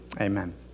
Amen